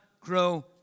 grow